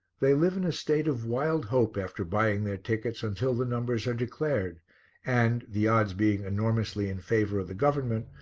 they live in a state of wild hope after buying their tickets until the numbers are declared and, the odds being enormously in favour of the government,